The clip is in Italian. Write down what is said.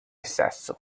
sesso